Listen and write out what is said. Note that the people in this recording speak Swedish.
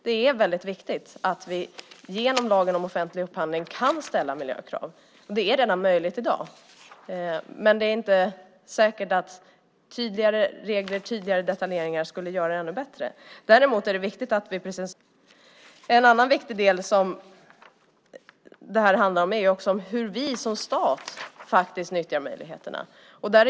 Det är viktigt att vi genom lagen om offentlig upphandling kan ställa miljökrav. Det är möjligt redan i dag. Men det är inte säkert att tydligare regler och detaljeringar skulle göra det ännu bättre. Däremot är det, precis som har sagts tidigare, viktigt att vi tar till vara lagens möjligheter. En annan viktig del som detta handlar om är hur vi som stat nyttjar möjligheterna.